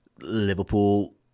Liverpool